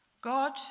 God